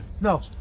No